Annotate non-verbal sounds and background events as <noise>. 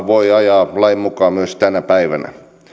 <unintelligible> voi ajaa lain mukaan myös tänä päivänä